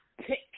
pick